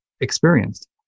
experienced